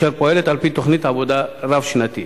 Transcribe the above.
שפועלת על-פי תוכנית עבודה רב-שנתית.